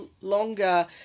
longer